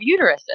uteruses